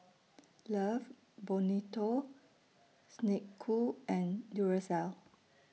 Love Bonito Snek Ku and Duracell